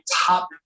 top